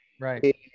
Right